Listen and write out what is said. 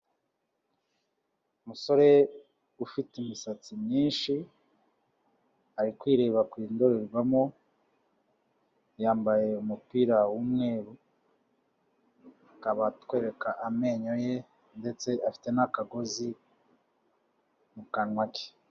Umusore ufite imisatsi myinshi, ari kwireba ku ndorerwamo, yambaye umupira w'umweru, akaba atwereka amenyo ye, ndetse afite n'akagozi mu kanwa ke.